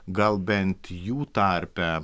gal bent jų tarpe